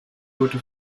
wurde